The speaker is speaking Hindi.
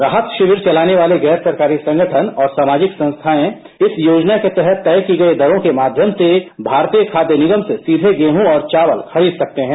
राहत शिविर चलाने वाले गैर सरकारी संगठन और सामाजिक संस्थाएं इस योजना के तहत तय की गई दरों के माध्यम से भारतीय खाद्य निगम से सीधे गेहूँ और चावल खरीद सकते हैं